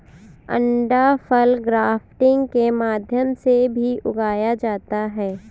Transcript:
अंडाफल को ग्राफ्टिंग के माध्यम से भी उगाया जा सकता है